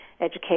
educate